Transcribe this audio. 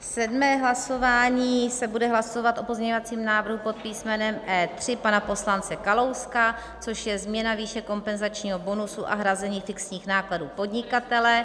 Sedmé hlasování se bude hlasovat o pozměňovacím návrhu pod písmenem E3 pana poslance Kalouska, což je změna výše kompenzačního bonusu a hrazení fixních nákladů podnikatele.